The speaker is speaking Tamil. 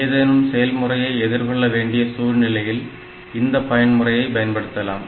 ஏதேனும் செயல்முறையை எதிர்கொள்ள வேண்டிய சூழ்நிலையில் இந்த பயன் முறையை பயன்படுத்தலாம்